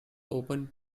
opened